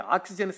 Oxygen